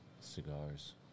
cigars